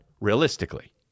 realistically